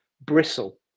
bristle